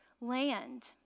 land